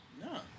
No